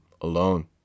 alone